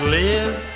live